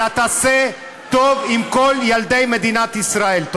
אלא תעשה טוב עם כל ילדי מדינת ישראל.